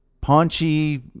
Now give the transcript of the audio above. paunchy